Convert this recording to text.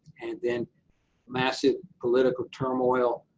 and then massive political turmoil,